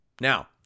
Now